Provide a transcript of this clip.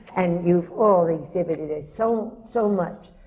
and you've all exhibited it so so much.